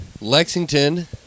Lexington